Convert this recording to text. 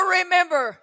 remember